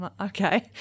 Okay